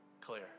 clear